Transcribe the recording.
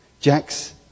Jack's